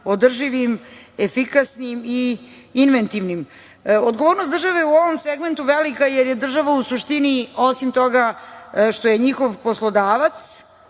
održivim, efikasnim i inventivnim. Odgovornost države u ovom segmentu je velika jer država je u suštini, osim toga što je njihov poslodavac,